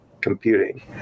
computing